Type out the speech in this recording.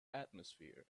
atmosphere